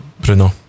Bruno